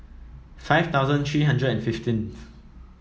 five thousand three hundred and fifteenth